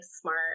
smart